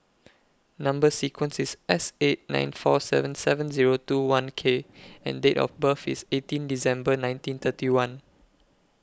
Number sequence IS S eight nine four seven seven Zero two one K and Date of birth IS eighteen December nineteen thirty one